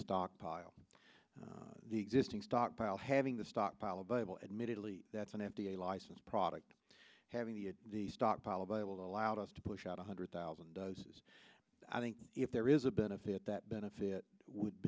stockpile the existing stockpile having the stockpile available admittedly that's an f d a licensed product having the the stockpile available allowed us to push out one hundred thousand does i think if there is a benefit that benefit would